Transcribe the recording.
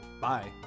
Bye